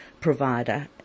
provider